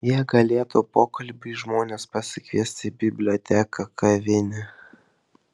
jie galėtų pokalbiui žmones pasikviesti į biblioteką kavinę